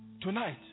Tonight